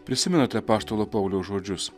prisimenate apaštalo pauliaus žodžius